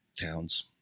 towns